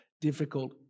difficult